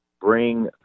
bring